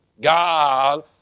God